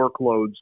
workloads